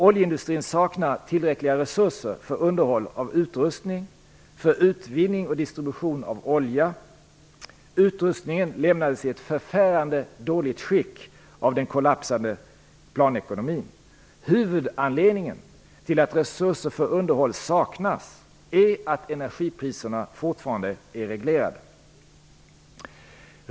Oljeindustrin saknar tillräckliga resurser för underhåll av utrustning, för utvinning och distribution av olja. Utrustningen lämnades i ett förfärande dåligt skick av den kollapsande planekonomin. Huvudanledningen till att resurser för underhåll saknas är att energipriserna fortfarande är reglerade.